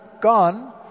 gone